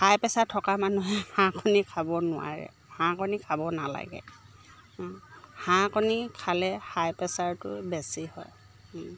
হাই pressure থকা মানুহে হাঁহ কণী খাব নোৱাৰে হাঁহ কণী খাব নালাগে হাঁহ হাঁ কণী খালে হাই প্ৰেছাৰটো বেছি হয়